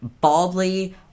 baldly